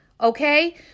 okay